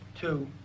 Two